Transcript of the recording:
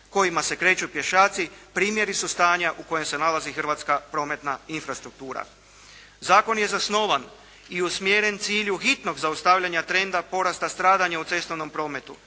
kojima se kreću pješaci primjeri su stanja u kojem se nalazi hrvatska prometna infrastruktura. Zakon je zasnovan i usmjeren cilju hitnog zaustavljanja trenda porasta stradanja u cestovnom prometu.